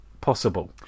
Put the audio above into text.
possible